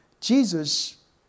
Jesus